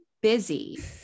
busy